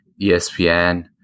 ESPN